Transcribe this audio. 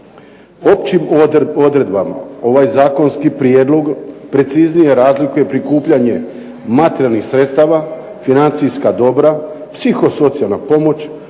Općim odredbama ovaj Zakonski prijedlog preciznije razlike prikupljanje materijalnih sredstava, financijska dobra, psihosocijalna pomoć,